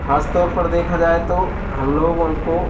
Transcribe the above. ख़ासतौर पर देखा जाए तो हम लोग उनको